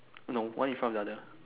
no one in front of the other